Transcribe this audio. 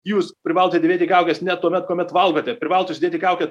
jūs privalote dėvėti kaukes net tuomet kuomet valgote privalot užsidėti kaukę